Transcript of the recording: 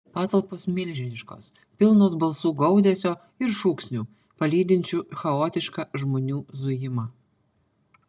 patalpos milžiniškos pilnos balsų gaudesio ir šūksnių palydinčių chaotišką žmonių zujimą